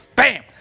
Bam